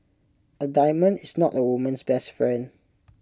A diamond is not A woman's best friend